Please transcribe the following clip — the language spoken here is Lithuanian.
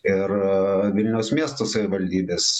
ir vilniaus miesto savivaldybės